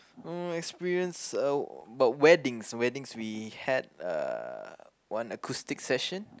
uh experience uh but weddings weddings we had uh one acoustic session